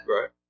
Right